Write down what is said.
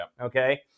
Okay